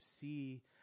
see